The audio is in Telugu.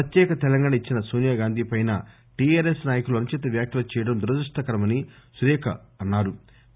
ప్రత్యేక తెలంగాణ ఇచ్చిన నోనియా గాంధీ పై టిఆర్ ఎస్ నాయకులు అనుచిత వ్యాఖ్యలు చేయడం దురదృష్టకరమని సురేఖ పేర్కొన్సారు